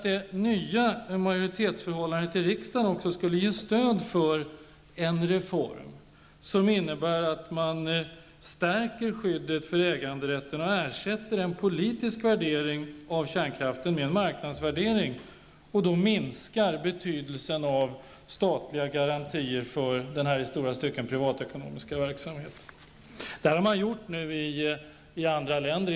Det nya majoritetsförhållandet i riksdagen borde också ge stöd för en reform som innebär att man stärker skyddet för äganderätten och ersätter en politisk värdering av kärnkraften med en marknadsvärdering. Då minskar betydelsen av statliga garantier för den här i stora stycken privatekonomiska verksamheten. Detta har man nu gjort i andra länder.